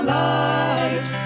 light